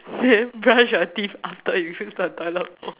then brush your teeth after you wash the toilet bowl